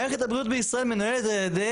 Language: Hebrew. מערכת הבריאות בישראל מנוהלת על ידי